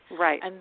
Right